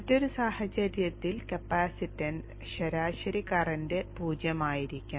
മറ്റൊരു സാഹചര്യത്തിൽ കപ്പാസിറ്റൻസ് ശരാശരി കറന്റ് 0 ആയിരിക്കണം